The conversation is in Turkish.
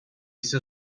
ise